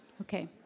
Okay